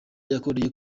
yakoreye